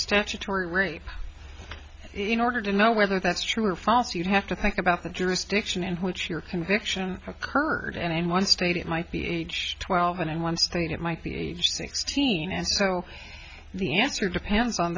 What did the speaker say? statutory rape in order to know whether that's true or false you have to think about the jurisdiction in which your conviction occurred and in one state it might be twelve and in one state it might be age sixteen and so the answer depends on